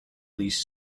least